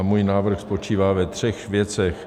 Můj návrh spočívá ve třech věcech.